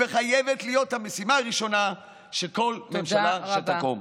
זו חייבת להיות המשימה הראשונה של כל ממשלה שתקום.